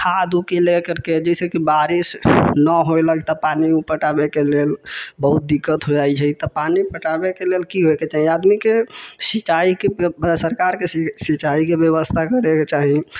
खाद अरके ले करके जैसे बारिश नहि होलक तऽ पानि उर पटाबैके लेल बहुत दिक्कत हो जाइ छै तऽ पानि पटाबैके लेल की होइके चाही आदमीके सिचाईके सरकारके सिचाईके व्यवस्था करैके चाही